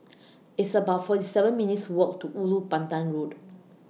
It's about forty seven minutes' Walk to Ulu Pandan Road